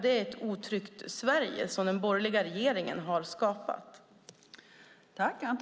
Det är ett otryggt Sverige som den borgerliga regeringen har skapat.